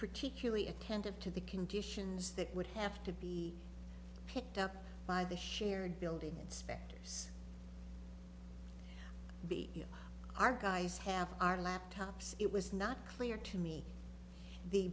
particularly attentive to the conditions that would have to be picked up by the shared building inspectors be our guys have our laptops it was not clear to me the